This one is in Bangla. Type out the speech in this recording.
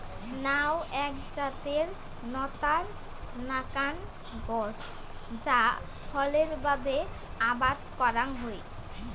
নাউ এ্যাক জাতের নতার নাকান গছ যা ফলের বাদে আবাদ করাং হই